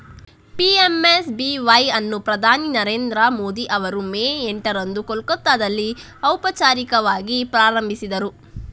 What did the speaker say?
PMSBY ಅನ್ನು ಪ್ರಧಾನಿ ನರೇಂದ್ರ ಮೋದಿ ಅವರು ಮೇ ಎಂಟರಂದು ಕೋಲ್ಕತ್ತಾದಲ್ಲಿ ಔಪಚಾರಿಕವಾಗಿ ಪ್ರಾರಂಭಿಸಿದರು